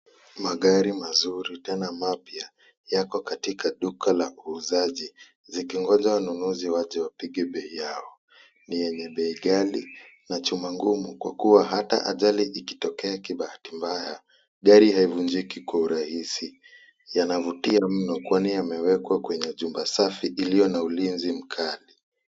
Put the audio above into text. Magari mazuri tena mapya, yako katika duka la uuzaji, likingoja wanunuzi waje wapige bei yao. Ni yenye bei ghali na chuma ngumu kwa kuwa hata ajali ikitokea kibahati mbaya, gari haivunjiki kwa urahisi. Yanavutia mno kwani yamewekwa kwenye jumba safi iliyo na ulinzi mkali.